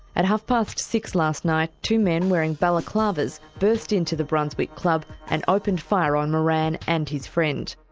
at half past six last night, two men wearing balaclavas burst into the brunswick club and opened fire on moran and his friend.